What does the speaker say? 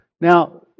Now